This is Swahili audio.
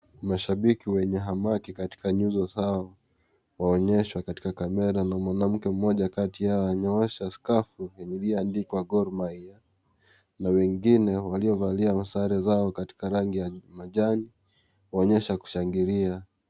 Mashabiki wenye hamaki katika nyuzo zao waonyeshwa katika camera na mwanamke mmoja kati yao anyoosha skafu iliyoandikwa Gor Mahia, na wengine waliovalia sare zao katika rangi ya majani waonyesha kushangilia.